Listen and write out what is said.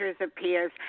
appears